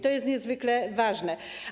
To jest niezwykle ważne.